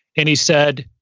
and he said,